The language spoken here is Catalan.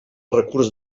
recurs